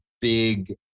big